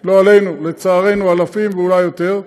לא עלינו, לצערנו, אלפים ואולי יותר,